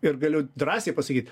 ir galiu drąsiai pasakyt